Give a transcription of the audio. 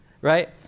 right